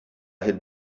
had